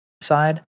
side